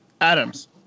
Adams